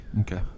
Okay